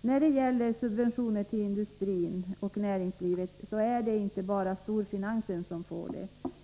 när det gäller subventioner till industrin och näringslivet är det inte bara storfinansen som får sådana.